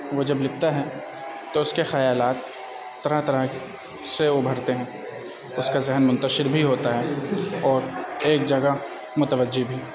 وہ جب لکھتا ہے تو اس کے خیالات طرح طرح سے ابھرتے ہیں اس کا ذہن منتشر بھی ہوتا ہے اور ایک جگہ متوجہ بھی